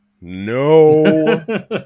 no